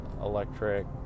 electric